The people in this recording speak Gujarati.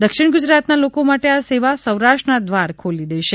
દક્ષિણ ગુજરાતના લોકો માટે આ સેવા સૌરાષ્ટ્રના દ્વાર ખોલી દેશે